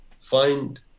find